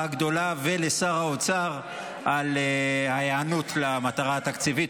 הגדולה ולשר האוצר על ההיענות למטרה התקציבית.